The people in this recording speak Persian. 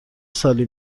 سالی